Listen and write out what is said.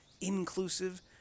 inclusive